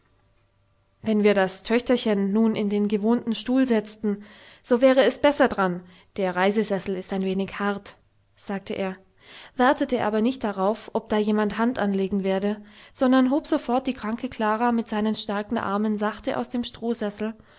wenn wir das töchterchen nun in den gewohnten stuhl setzten so wäre es besser daran der reisesessel ist ein wenig hart sagte er wartete aber nicht darauf ob da jemand hand anlegen werde sondern hob sofort die kranke klara mit seinen starken armen sachte aus dem